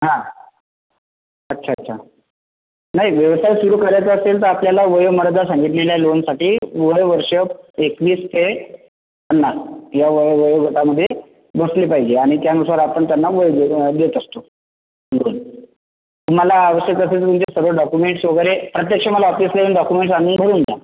हां अच्छा अच्छा नाही व्यवसाय सुरू करायचा असेल तर आपल्याला वयोमर्यादा सांगितलेली आहे लोनसाठी वय वर्ष एकवीस ते पन्नास या वय वयोगटामध्ये बसले पाहिजे आणि त्यानुसार आपण त्यांना वय दे देत असतो लोन तुम्हाला आवश्यक असेल तर तुमचे सगळे डॉकुमेंट्स वगैरे प्रत्यक्ष मला ऑफिसला येऊन दाखवून जा आणि घेऊन जा